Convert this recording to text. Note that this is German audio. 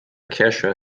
kirche